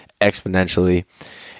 exponentially